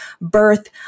birth